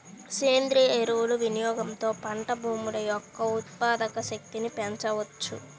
సేంద్రీయ ఎరువుల వినియోగంతో పంట భూముల యొక్క ఉత్పాదక శక్తిని పెంచవచ్చు